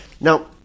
Now